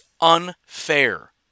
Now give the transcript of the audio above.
unfair